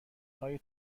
های